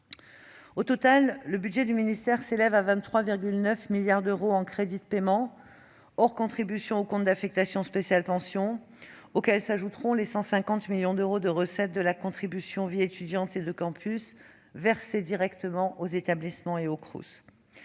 Au total, le budget du ministère s'élève à 23,9 milliards d'euros en crédits de paiement, hors contribution au compte d'affectation spéciale « Pensions », auxquels s'ajoutent les 150 millions d'euros de recettes de la contribution de vie étudiante et de campus, versés directement aux établissements et aux Crous.